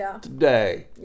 today